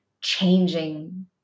changing